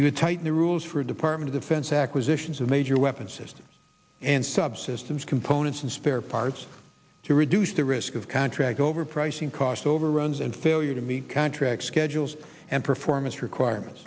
we would tighten the rules for department defense acquisitions and major weapon systems and subsystems components and spare parts to reduce the risk of contract overpricing cost overruns and failure to meet contract schedules and performance requirements